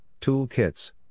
toolkits